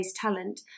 talent